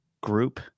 group